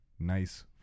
nice